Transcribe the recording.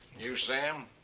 you, sam?